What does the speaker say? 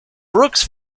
brooks